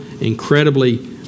incredibly